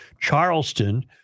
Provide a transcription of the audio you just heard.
Charleston